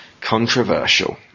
Controversial